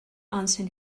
answer